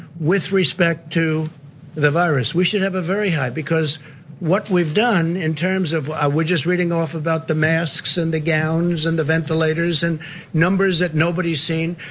with respect to the virus? we should very high. because what we've done in terms of, we're just reading off about the masks, and the gowns, and the ventilators, and numbers that nobody's seen.